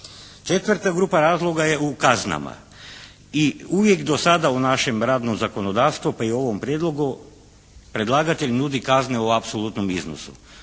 Četvrta grupa razloga je u kaznama. I uvijek do sada u našem radnom zakonodavstvu, pa i u ovom prijedlogu predlagatelj nudi kazne u apsolutnom iznosu,